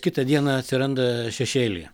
kitą dieną atsiranda šešėlyje